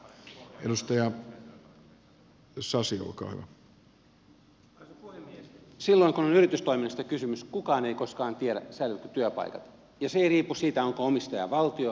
silloin kun on yritystoiminnasta kysymys kukaan ei koskaan tiedä säilyvätkö työpaikat ja se ei riipu siitä onko omistaja valtio vai yksityinen